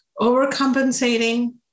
overcompensating